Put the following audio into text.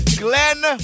Glenn